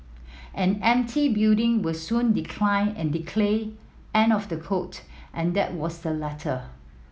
an empty building will soon decline and end of the quote and that was the letter